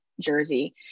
jersey